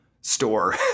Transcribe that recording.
store